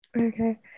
Okay